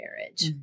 marriage